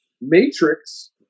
matrix